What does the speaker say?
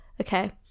Okay